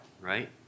right